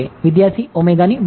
વિદ્યાર્થી ની બહાર